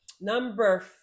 number